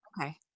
Okay